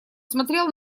смотрел